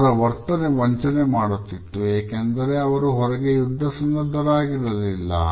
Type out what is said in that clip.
ಅವರ ವರ್ತನೆ ವಂಚನೆ ಮಾಡುತ್ತಿತ್ತು ಏಕೆಂದರೆ ಹೊರಗೆ ಅದು ಯುದ್ಧ ಸನ್ನದ್ಧವಾಗಿರಲಿಲ್ಲ